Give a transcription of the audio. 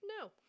No